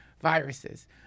viruses